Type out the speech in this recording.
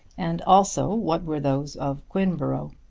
and also what were those of quinborough.